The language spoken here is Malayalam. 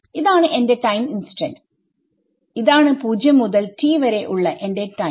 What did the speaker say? ഇതാണ് എന്റെ ടൈം ഇൻസ്റ്റന്റ് ഇതാണ് 0 മുതൽ t വരെ ഉള്ള എന്റെ ടൈം